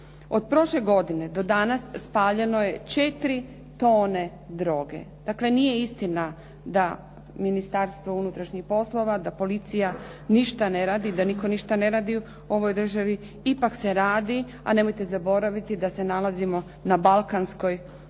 Od prošle godine do danas spaljeno je 4 tone droge. Dakle, nije istina da Ministarstvo unutrašnjih poslova, da policija ništa ne radi, da nitko ništa ne radi u ovoj državi. Ipak se radi, a nemojte zaboraviti da se nalazimo na balkanskoj ruti i